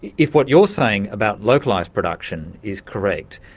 if what you're saying about localised production is correct,